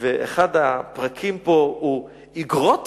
ואחד הפרקים פה הוא "איגרות